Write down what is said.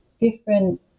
different